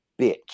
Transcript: bitch